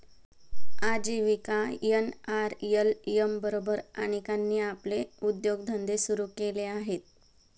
आजीविका एन.आर.एल.एम बरोबर अनेकांनी आपले उद्योगधंदे सुरू केले आहेत